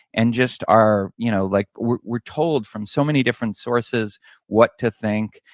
and just our, you know like we're we're told from so many different sources what to think,